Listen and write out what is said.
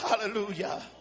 Hallelujah